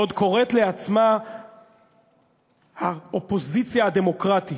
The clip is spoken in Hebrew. והיא עוד קוראת לעצמה האופוזיציה הדמוקרטית,